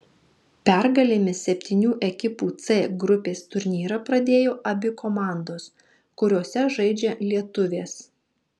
pergalėmis septynių ekipų c grupės turnyrą pradėjo abi komandos kuriose žaidžia lietuvės